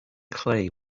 clay